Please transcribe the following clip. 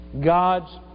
God's